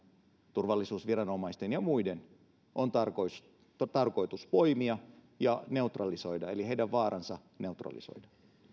turvallisuusviranomaisten ja muiden on tarkoitus tarkoitus poimia ja neutralisoida heidän vaaransa neutralisoida